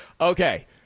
Okay